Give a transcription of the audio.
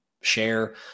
share